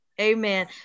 amen